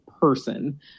person